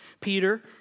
Peter